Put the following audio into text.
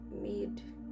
made